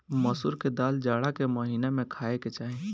मसूर के दाल जाड़ा के महिना में खाए के चाही